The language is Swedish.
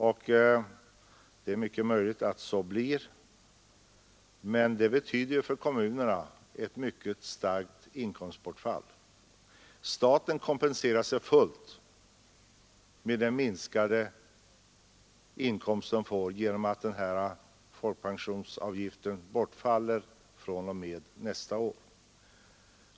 Detta är mycket möjligt, men det betyder i så fall för kommunerna ett stort inkomstbortfall. Staten kompenserar sig fullt för de minskade inkomster den får genom att folkpensionsavgiften bortfaller fr.o.m. nästa år.